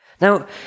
Now